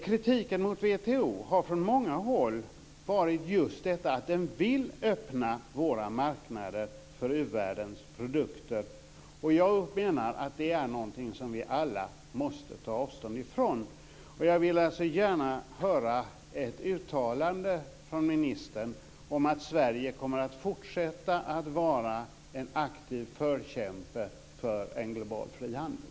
Kritiken mot WTO har från många håll gällt just att WTO vill öppna våra marknader för u-världens produkter. Jag menar att det är något som vi alla måste ta avstånd från och vill gärna höra ett uttalande från ministern om att Sverige fortsatt kommer att vara en aktiv förkämpe för global frihandel.